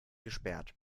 gesperrt